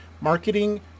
marketing